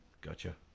Gotcha